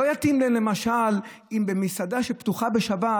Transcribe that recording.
לא יתאים להם למשל שבמסעדה שפתוחה בשבת